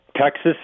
Texas